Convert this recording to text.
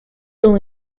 will